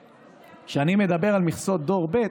כשאני מדבר על מכסות דור ב'